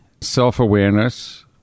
self-awareness